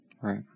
Right